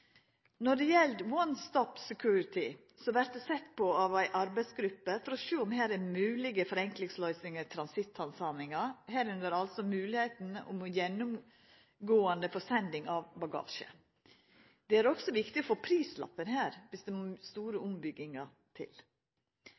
Når det gjeld «One Stop Security», vert det sett på av ei arbeidsgruppe for å sjå om det er moglege forenklingsløysingar i transitthandsaminga, herunder moglegheita for gjennomgåande forsending av bagasje. Det er også viktig å få prislappen dersom det må store ombyggingar til.